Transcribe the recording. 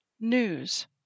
News